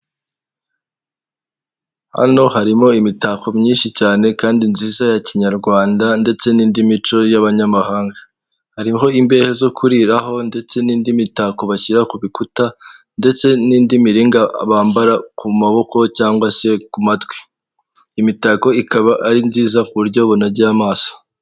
Hano harimo imitako myinshi cyane kandi nziza ya Kinyarwanda ndetse n'indi mico y'abanyamahanga. Hariho imbehe zo kuriraho ndetse n'indi mitako bashyira ku bikuta, ndetse n'indi miringa bambara ku maboko cyangwa se ku matwi. Imitako ikaba ari myiza ku buryo bunogeye amaso.